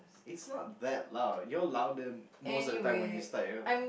it's not that lah you're louder most of the time when you start your